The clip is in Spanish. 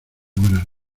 buenas